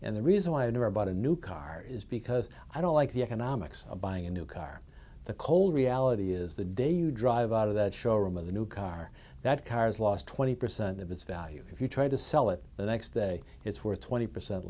and the reason why i never bought a new car is because i don't like the economics of buying a new car the cold reality is the day you drive out of the showroom with a new car that car's lost twenty percent of its value if you try to sell it the next day it's worth twenty percent